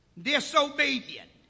disobedient